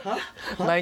!huh! !huh!